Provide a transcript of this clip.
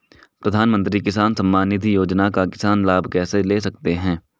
प्रधानमंत्री किसान सम्मान निधि योजना का किसान लाभ कैसे ले सकते हैं?